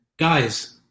guys